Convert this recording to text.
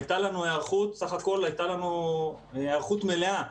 הייתה לנו בסך הכול היערכות מלאה.